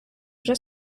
вже